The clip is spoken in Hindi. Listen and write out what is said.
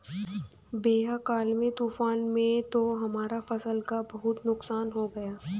भैया कल के तूफान में तो हमारा फसल का बहुत नुकसान हो गया